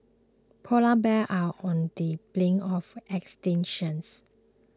Polar Bears are on the brink of extinctions